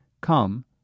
come